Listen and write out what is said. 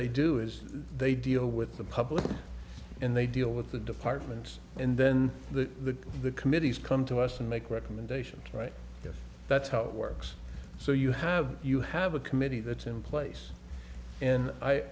they do is they deal with the public and they deal with the departments and then the committees come to us and make recommendations right if that's how it works so you have you have a committee that's in place in i